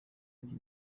iki